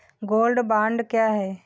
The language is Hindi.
गोल्ड बॉन्ड क्या है?